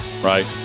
right